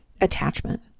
attachment